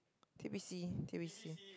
T_B_C T_B_C